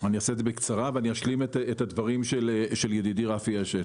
אני אעשה את זה בקצרה ואשלים את הדברים של ידידי רפי עשת.